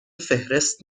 فهرست